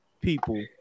people